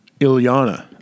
Ilyana